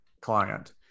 client